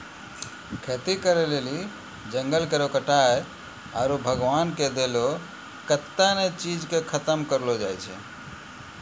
खेती करै लेली जंगल केरो कटाय आरू भगवान के देलो कत्तै ने चीज के खतम करलो जाय छै